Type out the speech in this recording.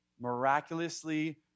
miraculously